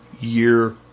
year